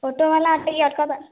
ଅଟୋବାଲା ଟିକେ ଅଟ୍କ ତ